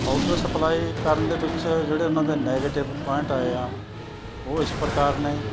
order supply ਕਰਨ ਦੇ ਵਿੱਚ ਜਿਹੜੇ ਉਨ੍ਹਾਂ ਦੇ ਨੈਗੇਟਿਵ ਪੁਆਇੰਟ ਆਏ ਆ ਉਹ ਇਸ ਪ੍ਰਕਾਰ ਨੇ